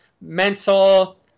mental